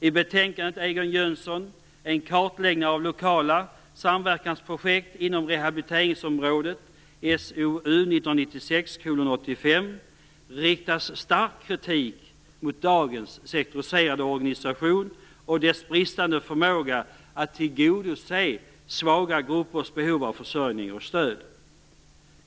I betänkandet Egon Jönsson - en kartläggning av lokala samverkansprojekt inom rehabiliteringsområdet, SOU 1996:85, riktas stark kritik mot dagens sektoriserade organisation och dess bristande förmåga att tillgodose svaga gruppers behov av försörjning och stöd.